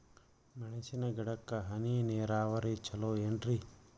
ಮೆಣಸಿನ ಗಿಡಕ್ಕ ಹನಿ ನೇರಾವರಿ ಛಲೋ ಏನ್ರಿ?